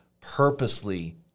purposely –